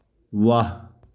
ৱাহ